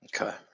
Okay